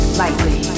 lightly